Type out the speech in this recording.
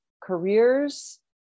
careers